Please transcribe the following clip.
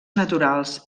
naturals